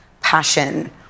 passion